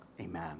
Amen